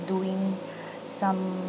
doing some